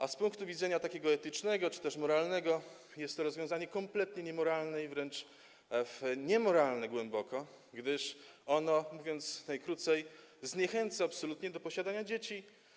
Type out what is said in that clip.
A z punktu widzenia etycznego czy też moralnego jest to rozwiązanie kompletnie niemoralne i wręcz niemoralne głęboko, gdyż ono, mówiąc najkrócej, zniechęca absolutnie do posiadania dzieci.